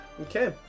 Okay